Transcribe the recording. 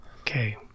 okay